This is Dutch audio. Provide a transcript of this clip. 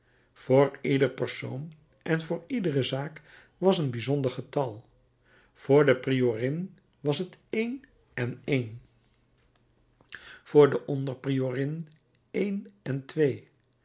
voor ieder persoon en voor iedere zaak was een bijzonder getal voor de priorin was t één en één voor de onder priorin één en twee